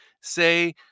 say